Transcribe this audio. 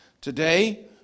Today